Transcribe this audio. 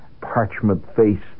parchment-faced